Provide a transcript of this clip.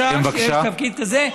בשעה שיש תפקיד כזה?